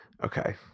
Okay